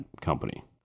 company